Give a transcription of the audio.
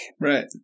Right